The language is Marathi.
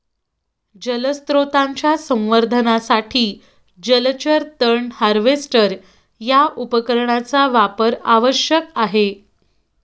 जलस्रोतांच्या संवर्धनासाठी जलचर तण हार्वेस्टर या उपकरणाचा वापर आवश्यक आहे